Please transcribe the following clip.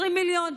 20 מיליון.